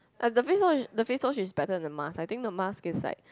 the face oil is the face oil is better than mask I think the mask is like